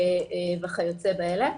וכיוצא באלה.